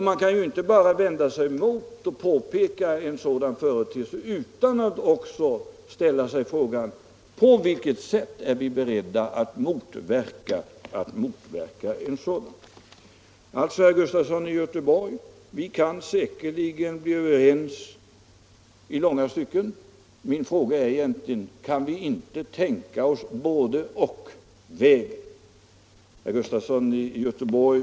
Man kan ju inte bara vända sig mot en sådan företeelse utan att ställa sig frågan: På vilket sätt är vi beredda att motverka denna maktkoncentration? Herr Gustafson i Göteborg och jag kan alltså säkerligen bli överens i långa stycken. Min fråga är egentligen: Kan vi inte tänka oss bådeoch-vägen? Herr Gustafson i Göteborg!